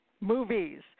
Movies